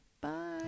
Bye